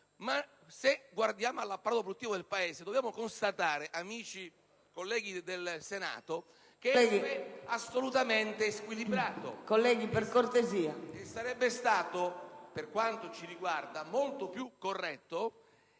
ma se guardiamo all'apparato produttivo del Paese dobbiamo constatare, amici e colleghi del Senato, che esso è assolutamente squilibrato. Sarebbe stato, per quanto ci riguarda, molto più corretto